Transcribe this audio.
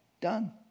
done